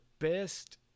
best